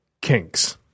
kinks